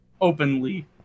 openly